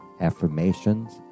affirmations